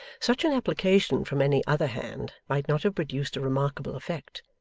such an application from any other hand might not have produced a remarkable effect,